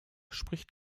spricht